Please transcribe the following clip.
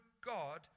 God